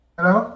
Hello